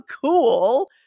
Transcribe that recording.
cool